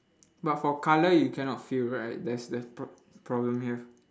but for colour you cannot feel right that's that's prob~ the problem here